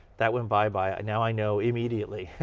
that went bye-bye. now i know immediately,